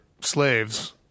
slaves